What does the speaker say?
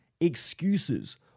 excuses